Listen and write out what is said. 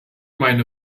meine